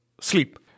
sleep